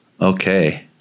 okay